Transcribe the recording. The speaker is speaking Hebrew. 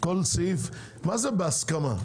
מה זה בהסכמה?